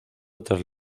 otras